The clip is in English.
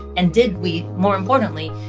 and did we more importantly,